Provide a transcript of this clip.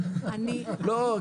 לא,